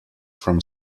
from